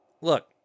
Look